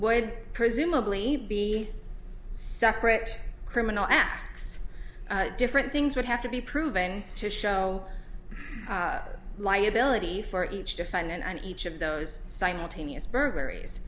would presumably be separate criminal acts different things would have to be proven to show liability for each defendant on each of those simultaneous burglaries